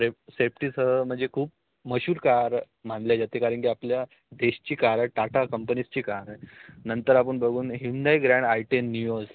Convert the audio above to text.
ref सेफ्टीसह म्हणजे खूप मशहूर कार मानली जाते कारण की आपल्या देशची कार आहे टाटा कंपनीजची कार आहे नंतर आपण बघून Hyundai Grand i ten Nios